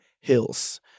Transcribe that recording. HILLS